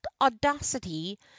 audacity